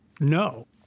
No